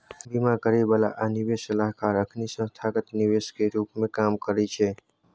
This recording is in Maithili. बीमा करइ बला आ निवेश सलाहकार अखनी संस्थागत निवेशक के रूप में काम करइ छै